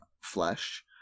flesh